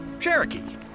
Cherokee